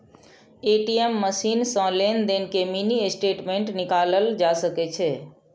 ATM machine सं लेनदेन के मिनी स्टेटमेंट निकालल जा सकै छै